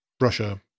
Russia